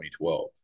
2012